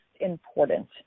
important